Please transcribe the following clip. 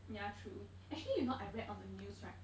ya true actually you know I read on the news right